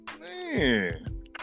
Man